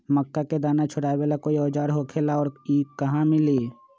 मक्का के दाना छोराबेला कोई औजार होखेला का और इ कहा मिली?